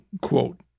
quote